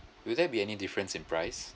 mm will there be any difference in price